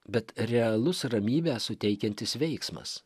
bet realus ramybę suteikiantis veiksmas